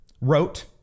wrote